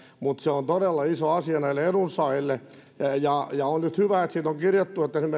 mutta se on todella iso asia näille edunsaajille on hyvä että siitä on nyt kirjattu että esimerkiksi liikunnan